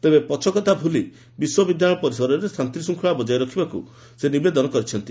ତେବେ ପଛକଥା ଭୁଲି ବିଶ୍ୱବିଦ୍ୟାଳୟ ପରିସରରେ ଶାନ୍ତିଶୂଙ୍ଖଳା ବଜାୟ ରଖିବାକୁ ସେ କହିଛନ୍ତି